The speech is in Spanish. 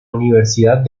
universidad